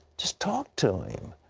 just talk to him.